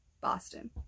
Boston